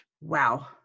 Wow